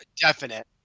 definite